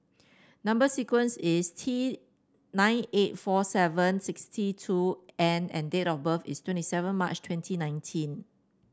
number sequence is T nine eight four seven sixty two N and date of birth is twenty seven March twenty nineteen